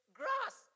grass